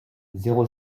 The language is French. zéro